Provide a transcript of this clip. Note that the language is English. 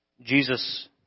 Jesus